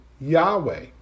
Yahweh